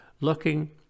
looking